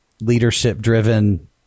leadership-driven